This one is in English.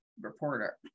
reporter